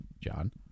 John